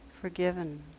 forgiven